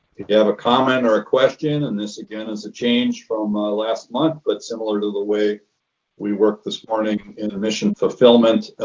if you have a comment or a question and this, is a change from ah last month but similar to the way we work this morning into mission fulfillment,